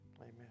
Amen